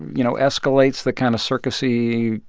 you know, escalates the kind of circus-y,